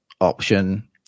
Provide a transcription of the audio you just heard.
option